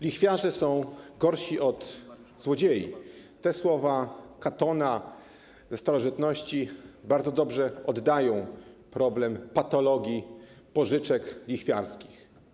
Lichwiarze są gorsi od złodziei - te słowa Katona ze starożytności bardzo dobrze oddają problem patologii pożyczek lichwiarskich.